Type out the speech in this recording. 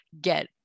get